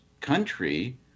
country